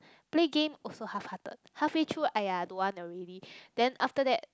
play game also halfhearted halfway through !aiya! don't want already then after that